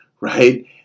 right